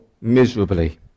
miserably